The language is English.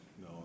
No